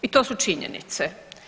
I to su činjenice.